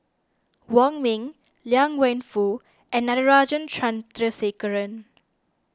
Wong Ming Liang Wenfu and Natarajan Chandrasekaran